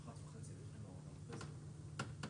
אחד מהם לא היה מעורב בדיונים האלה,